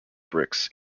bricks